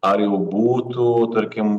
ar jau būtų tarkim